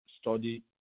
study